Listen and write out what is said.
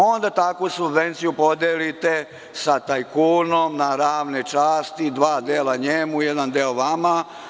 Onda takvu subvenciju podelite sa tajkunom na ravne časti, dva dela njemu, jedan deo vama.